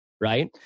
Right